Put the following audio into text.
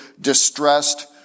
distressed